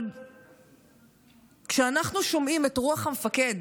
אבל כשאנחנו שומעים את רוח המפקד